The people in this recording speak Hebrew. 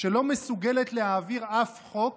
שלא מסוגלת להעביר אף חוק,